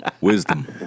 Wisdom